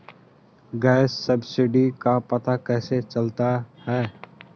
Gas subsidy का पता कैसे चलता है?